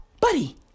buddy